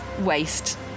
waste